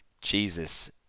Jesus